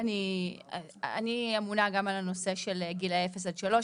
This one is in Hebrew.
אני אמונה גם על הנושא של גילאי 0 3,